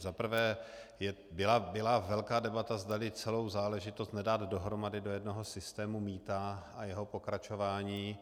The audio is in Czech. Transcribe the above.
Za prvé, byla velká debata, zdali celou záležitost nedat dohromady do jednoho systému mýta a jeho pokračování.